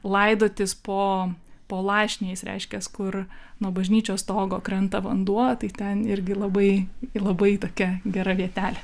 laidotis po po lašniais reiškias kur nuo bažnyčios stogo krenta vanduo tai ten irgi labai labai tokia gera vietelė